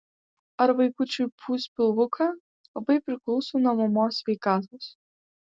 ar vaikučiui pūs pilvuką labai priklauso nuo mamos sveikatos